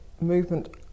movement